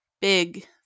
big